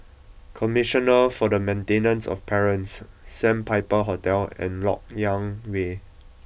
commissioner for the Maintenance of Parents Sandpiper Hotel and Lok Yang Way